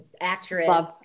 actress-